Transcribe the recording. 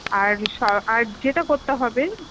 আর আর যেটা করতে হবে